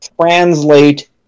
translate